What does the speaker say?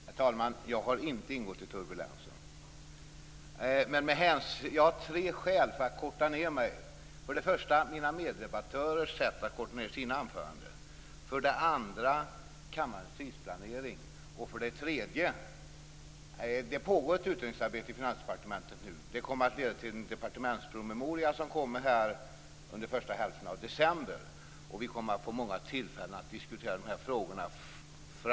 Herr talman! Jag har inte ingått i turbulensen! Jag har tre skäl för att korta ned mitt anförande. För det första mina meddebattörers sätt att korta ned sina anföranden. För det andra kammarens tidsplanering. För det tredje att det pågår ett utredningsarbete i Finansdepartementet. Det kommer att leda till en departementspromemoria som läggs fram under den första hälften av december. Vi kommer att få många tillfällen framöver att diskutera frågorna.